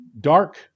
dark